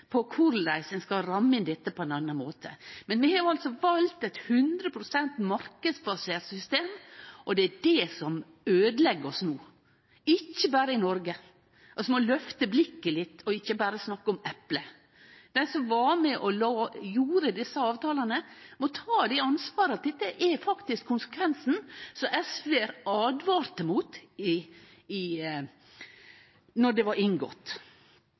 korleis ein skal ramme inn dette på en annan måte. Vi har altså valt eit 100 pst. marknadsbasert system, og det er det som øydelegg oss no, ikkje berre i Noreg. Ein må løfte blikket litt og ikkje berre snakke om eple. Dei som var med på å gjere desse avtalane, må ta ansvaret for at dette faktisk er konsekvensen, noko SV åtvara mot